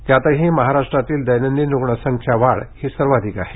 त्यातही महाराष्ट्रातील दैनदिन रुग्ण संख्या वाढ ही सर्वाधिक आहे